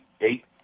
eight